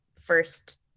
first